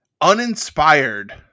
uninspired